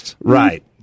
right